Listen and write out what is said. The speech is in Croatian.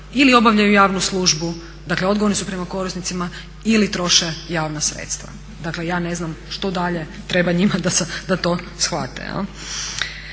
ili obavljaju javnu službu, dakle odgovorni su prema korisnicima ili troše javna sredstva. Dakle ja ne znam što dalje treba njima da to shvate